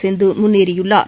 சிந்து முன்னேறியுள்ளார்